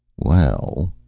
well,